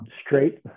straight